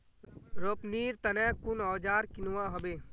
रोपनीर तने कुन औजार किनवा हबे